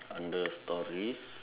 under stories